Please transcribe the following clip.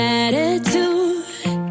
attitude